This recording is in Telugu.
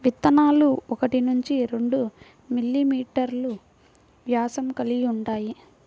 విత్తనాలు ఒకటి నుండి రెండు మిల్లీమీటర్లు వ్యాసం కలిగి ఉంటాయి